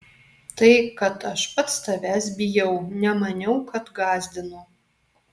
tai kad aš pats tavęs bijau nemaniau kad gąsdinu